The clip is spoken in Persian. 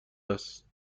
است